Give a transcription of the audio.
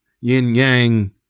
yin-yang